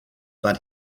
but